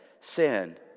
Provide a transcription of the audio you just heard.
sin